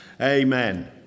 Amen